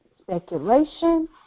speculation